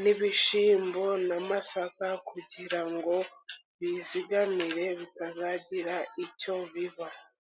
ni ibishyimbo n'amasaka, kugira ngo bizigamire bitazagira icyo biba.